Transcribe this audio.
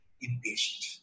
impatient